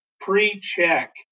pre-check